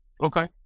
Okay